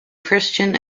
christian